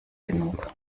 genug